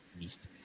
East